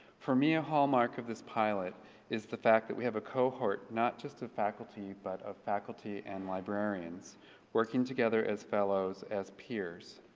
for me a hallmark of this pilot is the fact that we have a cohort not just a faculty, but a faculty and librarians working together as fellows, as peers.